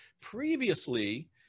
Previously